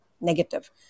negative